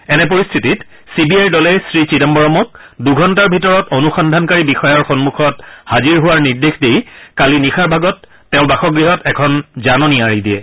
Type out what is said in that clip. এনে পৰিস্থিতিত C B আইৰ দলে শ্ৰী চিদাম্বৰমক দুঘণ্টাৰ ভিতৰত অনুসন্ধানকাৰী বিষয়াৰ সন্মুখত হাজিৰ হোৱাৰ নিৰ্দেশ দি কালি নিশাৰ ভাগত তেওঁৰ বাসগৃহত এখন জাননী আঁৰি দিয়ে